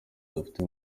dufite